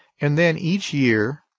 and then each year,